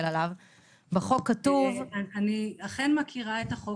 בחוק כתוב --- אני אכן מכירה את החוק,